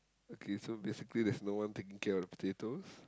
okay so basically there's no one taking care of the potatoes